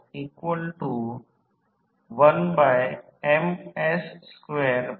2 winding transformer हा कंस भाग 1 V2V1 V1 I1 लिहू शकेल